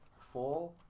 four